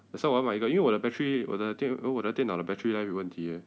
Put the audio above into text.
that's why 我要买一个因为我的 battery 我的电我的电脑的 battery life 有问题 eh